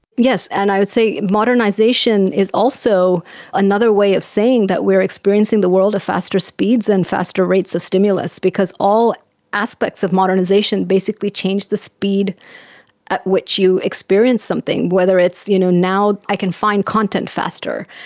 yes, and i would say modernisation is also another way of saying that we are experiencing the world at faster speeds and faster rates of stimulus because all aspects of modernisation basically changes the speed at which you experience something, whether it's you know now i can find content faster,